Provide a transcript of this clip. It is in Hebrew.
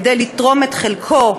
כדי לתרום את חלקו,